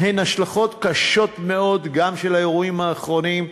הן השלכות קשות מאוד, גם של האירועים האחרונים.